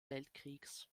weltkriegs